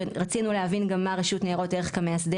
ורצינו להבין גם מה רשות ניירות ערך כמאסדר